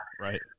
Right